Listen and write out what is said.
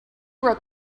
wrote